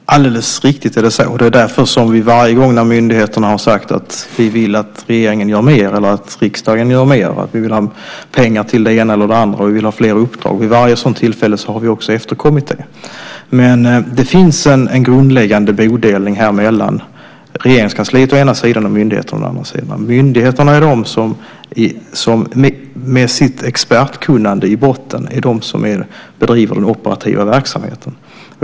Fru talman! Alldeles riktigt är det så. Det är därför som vi varje gång en myndighet har sagt att de vill att regeringen gör mer eller att riksdagen gör mer eller vill ha pengar till det ena och andra eller vill ha fler uppdrag också efterkommit det. Men det finns en grundläggande bodelning mellan Regeringskansliet å ena sidan och myndigheterna å andra sidan. Myndigheterna är de som med sitt expertkunnande i botten bedriver den operativa verksamheten.